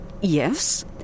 yes